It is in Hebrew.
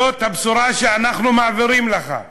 זאת הבשורה שאנחנו מעבירים לך.